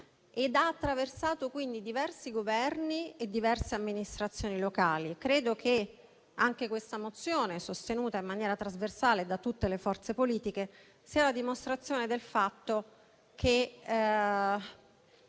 ha attraversato diversi Governi e diverse amministrazioni locali. Credo che anche questa mozione, sostenuta in maniera trasversale da tutte le forze politiche, sia la dimostrazione del fatto che